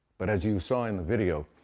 but as you saw in the video,